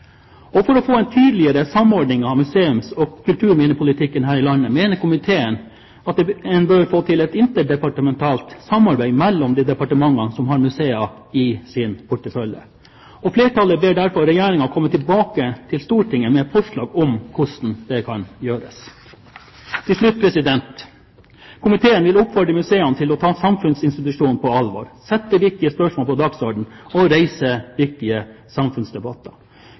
Museums-Norge. For å få en tydeligere samordning av museums- og kulturminnepolitikken her i landet, mener komiteen at en bør få til et interdepartementalt samarbeid mellom de departementene som har museer i sin portefølje. Flertallet ber derfor Regjeringen komme tilbake til Stortinget med et forslag om hvordan det kan gjøres. Til slutt: Komiteen vil oppfordre museene til å ta samfunnsinstitusjonsrollen på alvor, sette viktige spørsmål på dagsordenen og reise viktige samfunnsdebatter.